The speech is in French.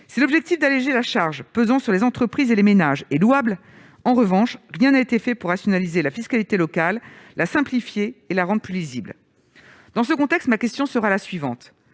Si l'objectif d'alléger la charge pesant sur les entreprises et les ménages est louable, rien en revanche n'a été fait pour rationaliser la fiscalité locale, la simplifier et la rendre plus lisible. Dans ce contexte, madame la secrétaire